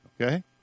Okay